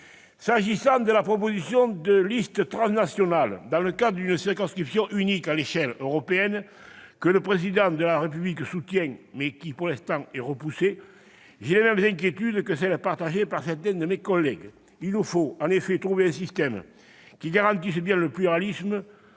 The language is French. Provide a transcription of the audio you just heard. ! Quant à la proposition de listes transnationales dans le cadre d'une circonscription unique à l'échelle européenne, que le Président de la République soutient, mais qui est pour le moment repoussée, elle suscite chez moi les mêmes inquiétudes que chez certains de mes collègues. Il nous faut, en effet, trouver un système qui garantisse bien le pluralisme